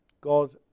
God